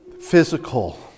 physical